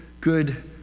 good